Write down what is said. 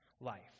life